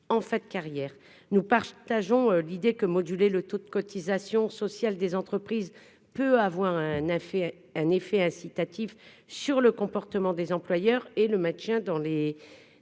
en fait carrière, nous partageons l'idée que moduler le taux de cotisations sociales des entreprises peut avoir un effet un effet incitatif sur le comportement des employeurs et le maintien dans les